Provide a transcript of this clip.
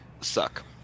suck